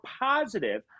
positive